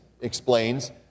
explains